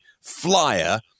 flyer